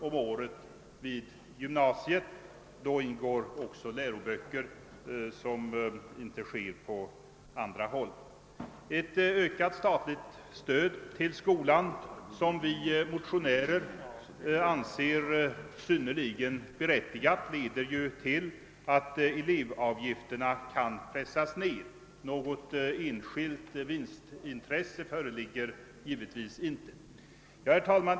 om året vid gymnasiet; då ingår också läroböcker, vilket inte är fallet annorstädes. Ett ökat statligt stöd till skolan, som vi motionärer anser synnerligen berättigat, leder till att elevavgifterna kan pressas ned. Något Riksinternatskolor enskilt vinstintresse föreligger givetvis inte. Herr talman!